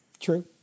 True